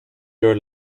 your